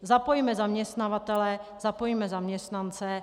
Zapojme zaměstnavatele, zapojme zaměstnance.